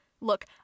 Look